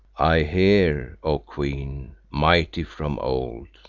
i hear, o queen, mighty-from-of-old.